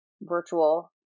virtual